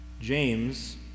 James